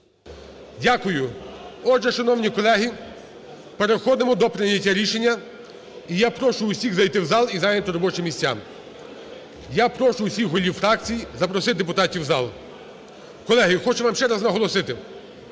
Дякую. Отже, шановні колеги, переходимо до прийняття рішення. І я прошу всіх зайти в зал і зайняти робочі місця. Я прошу всіх голів фракцій запросити депутатів в зал. Колеги, хочу вам ще раз наголосити,